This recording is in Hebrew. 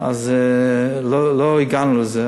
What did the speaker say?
אז לא הגענו לזה.